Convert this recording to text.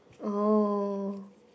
oh